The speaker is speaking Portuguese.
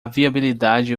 viabilidade